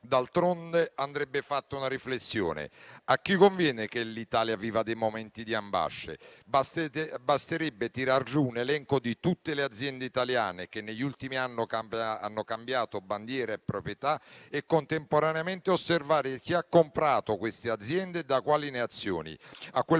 D'altronde, andrebbe fatta una riflessione: a chi conviene che l'Italia viva dei momenti di ambasce? Basterebbe tirar giù un elenco di tutte le aziende italiane che negli ultimi anni hanno cambiato bandiera e proprietà e contemporaneamente osservare chi ha comprato queste aziende e da quali nazioni. A quel